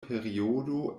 periodo